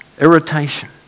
irritation